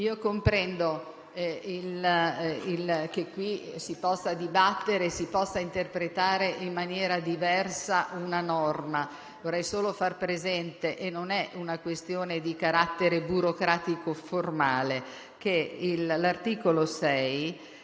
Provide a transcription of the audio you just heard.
io comprendo che qui si possa dibattere e si possa interpretare una norma in maniera diversa. Vorrei solo far presente, e non è una questione di carattere burocratico-formale, che l'articolo 6